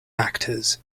actors